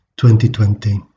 2020